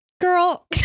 girl